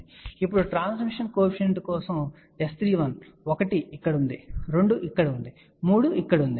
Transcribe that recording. ఇప్పుడు transmission coefficient కోసం S31 1 ఇక్కడ ఉంది 2 ఇక్కడ ఉంది 3 ఇక్కడ ఉంది